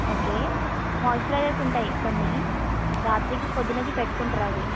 okay moisturisers ఉంటాయి కొన్ని రాత్రికి పొద్దున్నకి పెట్టుకుంటారు అది